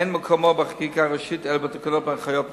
אין מקומו בחקיקה ראשית אלא בתקנות או בהנחיות מקצועיות.